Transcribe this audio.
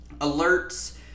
alerts